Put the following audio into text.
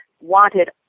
wanted